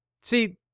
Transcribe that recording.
See